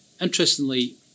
Interestingly